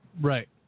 Right